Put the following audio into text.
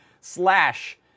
slash